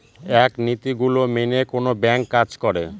এক নীতি গুলো মেনে কোনো ব্যাঙ্ক কাজ করে